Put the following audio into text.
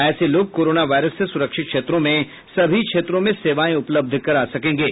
ऐसे लोग corona virus से सुरक्षित क्षेत्रों में सभी क्षेत्रों में सेवाएं उपलब्ध करा सकेंगे